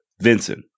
Vincent